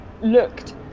looked